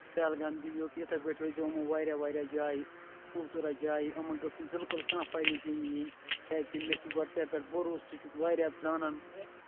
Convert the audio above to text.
پہلگام کِنۍ یوٚت یِتھٕے پٲٹھۍ نیٖزیٚو یِم واریاہ واریاہ جایہِ خوٗبصوٗرتھ جایہِ یِمَن گوٚژھ نہٕ بِلکُل کانٛہہ پَریشٲنۍ یِنۍ کیٛازِ کہِ مےٚ چھُ گۄڈٕ ژےٚ پیٚٹھ بَروسہٕ ژٕ چھُکھ واریاہ زانن وول